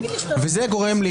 וזה גורם לי,